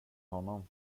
honom